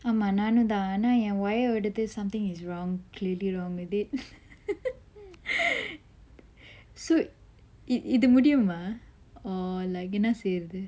ஆமா நானுந்தான் ஆனா என்:aama nanunthan aana en wire எடுத்து:eduthu something is wrong clearly wrong with it so இது முடியுமா:ithu mudiyuma oh like என்ன செய்றது:enna seyrathu